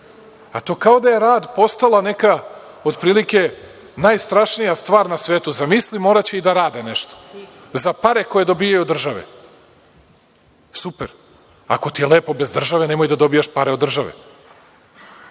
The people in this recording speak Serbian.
To kao da je rad postala neka otprilike najstrašnija stvar na svetu. Zamisli, moraće i da rade nešto za pare koje dobijaju od države. Super, ako ti je lepo bez države, nemoj da dobijaš pare od države.